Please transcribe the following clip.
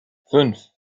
fünf